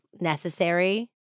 necessary